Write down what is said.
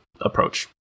approach